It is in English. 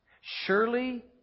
Surely